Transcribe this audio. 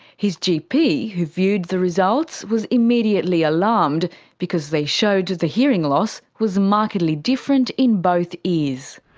his gp, who viewed the results, was immediately alarmed because they showed the hearing loss was markedly different in both ears.